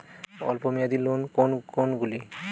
অল্প মেয়াদি লোন কোন কোনগুলি?